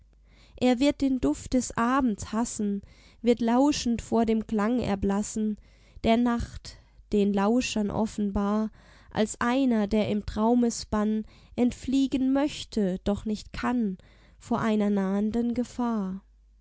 er wird den duft des abends hassen wird lauschend vor dem klang erblassen der nacht den lauschern offenbar als einer der in traumesbann entfliegen möchte doch nicht kann vor einer nahenden gefahr